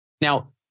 Now